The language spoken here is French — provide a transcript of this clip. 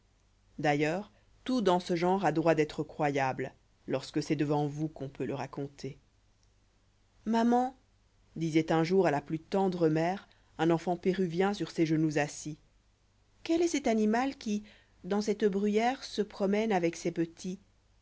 d'ailleurs tout dans ce genre a droit d'être croyable lorsque c'est devant vous qu'on peut le raconter maman disoit un jour à la plus tendre mère un enfant péruvien sur'ses genoux assis quel est cet animal qui dans cette bruyère se promène avec sespetits